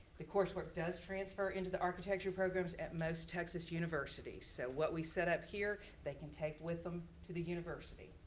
the coursework does transfer into the architectural programs at most texas universities. so what we set up here, they can take with them to the university.